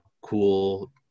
cool